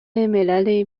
ملل